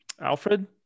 Alfred